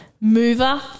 mover